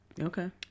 okay